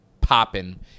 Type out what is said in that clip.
popping